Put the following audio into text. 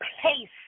place